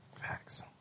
Facts